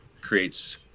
creates